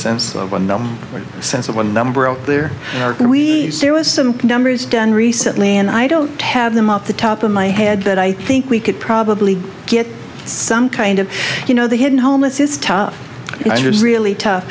sense of one sense of one number out there and we see it was some numbers done recently and i don't have them up the top of my head that i think we could probably get some kind of you know the hidden homeless is tough really tough